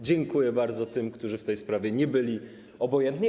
Dziękuję bardzo tym, którzy w tej sprawie nie byli obojętni.